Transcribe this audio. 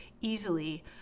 easily